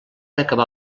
acabar